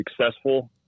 successful